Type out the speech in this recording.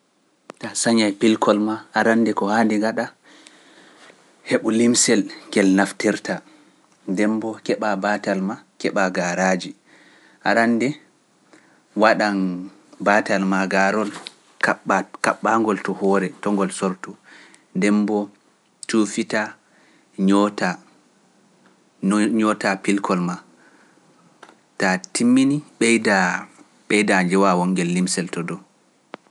Ta sañay pilkol ma arannde ko haandi ngaɗa heɓu limsel ngel naftirta, ndemboo keɓa batal ma keɓa gaaraaji, arannde waɗan batal ma garol kaɓɓa kaɓɓangol to hoore to ngol sortu, ndemboo tuufita ñoota pilkol ma, ta timmini ɓeyda ɓeyda njewa wongel limsel to ɗo.